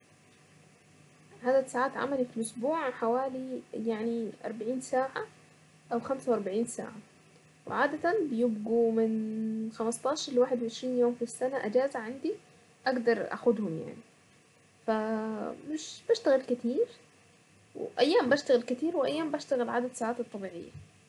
عدد ساعات عملي في الاسبوع حوالي يعني اربعين ساعة او خمسة واربعين ساعة وعادة بيبقوا من خمس عشر لواحد وعشرين يوم في السنة اجازة عندي اقدر اخدهم يعني مش بشتغل كتير وايام بشتغل كتير وايام بشتغل عدد الساعات الطبيعية.